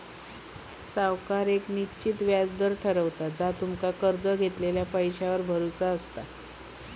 सावकार येक निश्चित व्याज दर ठरवता जा तुमका कर्ज घेतलेल्या पैशावर भरुचा असता